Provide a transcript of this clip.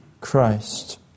Christ